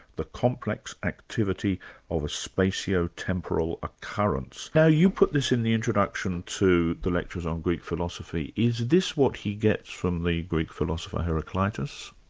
the complex activity of a spacio-temporal occurrence'. now you put this in the introduction introduction to the lectures on greek philosophy is this what he gets from the greek philosophy heraclitus?